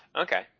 okay